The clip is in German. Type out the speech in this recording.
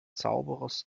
zauberers